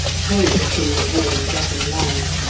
came from the warm devon land,